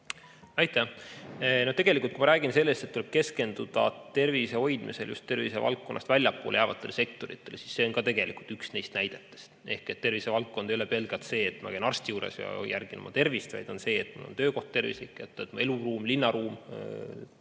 Aitäh! Tegelikult, kui me räägime sellest, et tuleb keskenduda tervise hoidmisele, just tervisevaldkonnast väljapoole jäävatele sektoritele, siis see on ka üks neist näidetest. Ehk tervisevaldkond ei ole pelgalt see, et ma käin arsti juures ja jälgin oma tervist, vaid on see, et mul on töökoht tervislik, eluruum ja linnaruum